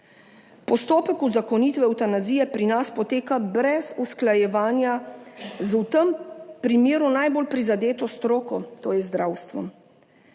Postopek uzakonitve evtanazije pri nas poteka brez usklajevanja z v tem primeru najbolj prizadeto stroko, to je zdravstvo.